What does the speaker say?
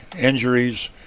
injuries